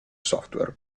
software